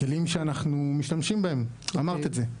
כלים ש אנחנו משתמשים בהם, אמרת את זה,